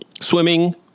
swimming